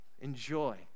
Enjoy